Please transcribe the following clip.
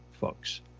folks